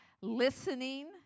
Listening